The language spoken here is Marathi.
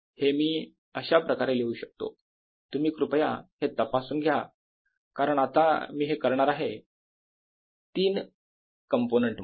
तर हे मी अशा प्रकारे लिहू शकतो तुम्ही कृपया हे तपासून घ्या कारण आता मी हे करणार आहे तीन ही कंपोनेंट मध्ये